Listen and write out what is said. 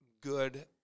good